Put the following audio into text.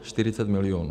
40 milionů.